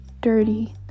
dirty